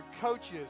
coaches